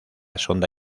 sonda